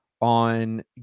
on